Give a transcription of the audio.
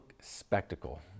spectacle